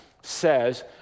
says